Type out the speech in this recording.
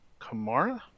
Kamara